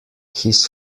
his